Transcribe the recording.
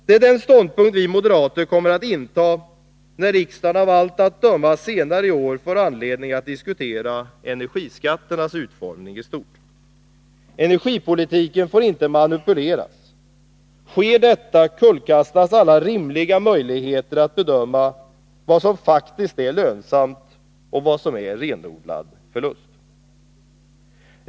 Det är den ståndpunkt vi moderater kommer att inta när riksdagen, av allt att döma, senare i år får anledning att diskutera energiskatternas utformning i stort. Energipolitiken får inte manipuleras. Sker detta, kullkastas alla rimliga möjligheter att bedöma vad som faktiskt är lönsamt och vad som är en renodlad förlust.